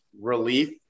relief